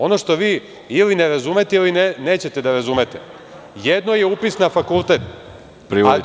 Ono što vi ili ne razumete ili nećete da razumete, jedno je upis na fakultet, a drugo je